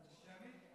שמית?